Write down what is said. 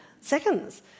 seconds